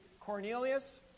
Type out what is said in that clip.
Cornelius